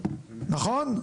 נכון?